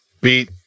beat